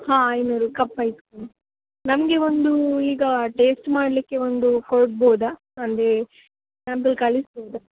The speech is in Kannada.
ಹಾಂ ಐನೂರು ಕಪ್ ಐಸ್ ಕ್ರೀಮ್ ನಮಗೆ ಒಂದು ಈಗ ಟೇಸ್ಟ್ ಮಾಡಲಿಕ್ಕೆ ಒಂದು ಕೊಡ್ಬೋದಾ ಅಂದರೆ ಸ್ಯಾಂಪಲ್ ಕಳಿಸ್ಬೋದ